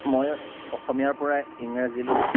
মই অসমীয়াৰ পৰা ইংৰাজীলৈ